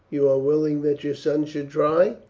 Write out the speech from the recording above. you are willing that your son should try?